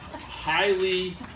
highly